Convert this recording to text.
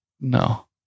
No